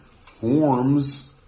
forms